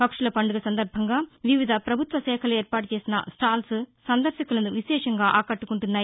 పక్షుల పండుగ సందర్బంగా వివిధ పభుత్వ శాఖలు ఏర్పాటు చేసిన స్టాల్స్ సందర్శకులను విశేషంగా ఆకట్టుకుంటున్నాయి